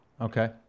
Okay